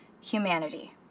humanity